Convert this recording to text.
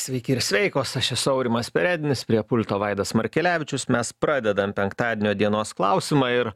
sveiki ir sveikos aš esu aurimas perednis prie pulto vaidas markelevičius mes pradedam penktadienio dienos klausimą ir